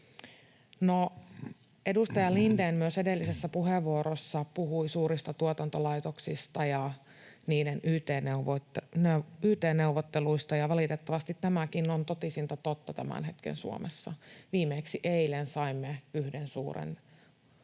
edustaja Lindén myös edellisessä puheenvuorossaan puhui suurista tuotantolaitoksista ja niiden yt-neuvotteluista, ja valitettavasti tämäkin on totisinta totta tämän hetken Suomessa. Viimeksi eilen saimme yhden suuren